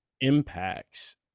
impacts